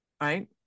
Right